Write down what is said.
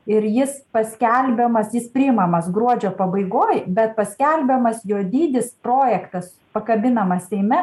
ir jis paskelbiamas jis priimamas gruodžio pabaigoj bet paskelbiamas jo dydis projektas pakabinamas seime